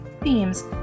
themes